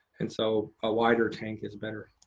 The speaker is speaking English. and so a wider tank is better.